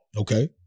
okay